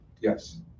yes